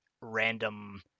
random